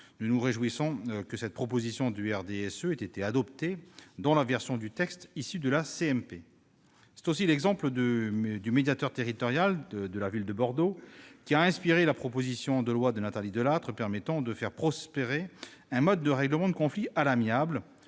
Nous nous réjouissons que cette proposition du RDSE ait été adoptée dans la version du texte issue de la commission mixte paritaire. C'est aussi l'exemple du médiateur territorial de la ville de Bordeaux qui a inspiré la proposition de loi de Nathalie Delattre, permettant de faire prospérer un mode de règlement de conflit à l'amiable.